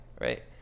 right